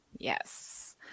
Yes